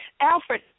alfred